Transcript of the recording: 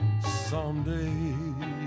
someday